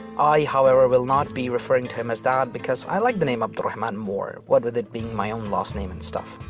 i, however, will not be referring to him as that because i like the name abd ah al-rahman and more, what with it being my own last name and stuff.